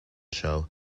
show